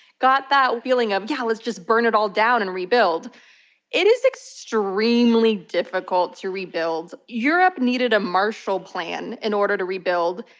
got that of feeling of yeah, let's just burn it all down and rebuild it is extremely difficult to rebuild. europe needed a marshall plan in order to rebuild,